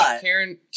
Karen